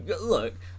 look